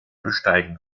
besteigen